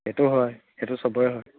সেইটো হয় সেইটো চবৰে হয়